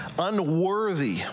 unworthy